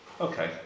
Okay